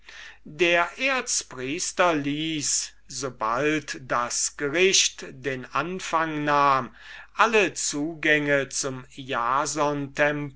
der erzpriester ließ sobald das gericht den anfang nahm alle zugänge zum